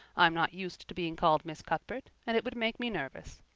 i'm not used to being called miss cuthbert and it would make me nervous.